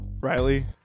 Riley